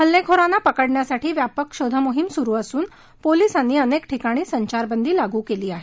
हल्लेखोरांना पकडण्यासाठी व्यापक शोधमोहीम सुरु असून पोलिसांनी अनेक ठिकाणी संचारबंदी लागू केली आहे